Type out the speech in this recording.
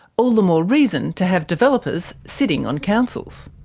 all the more reason to have developers sitting on councils.